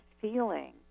feeling